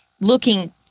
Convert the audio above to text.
looking